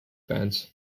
fans